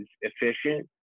efficient